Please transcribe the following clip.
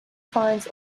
finds